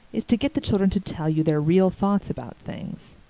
is to get the children to tell you their real thoughts about things.